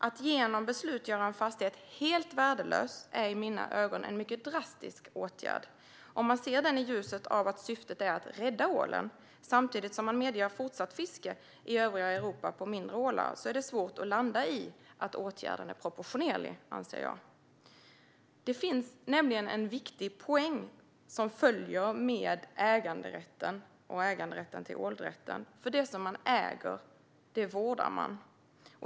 Att genom beslut göra en fastighet helt värdelös är i mina ögon en mycket drastisk åtgärd. Om man ser åtgärden i ljuset av att syftet är att rädda ålen, samtidigt som man medger fortsatt fiske i övriga Europa på mindre ålar, är det svårt att landa i att åtgärden är proportionerlig. Det finns nämligen en viktig poäng som följer med äganderätten och äganderätten till åldrätten. Det som man äger vårdar man.